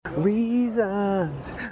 Reasons